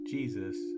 Jesus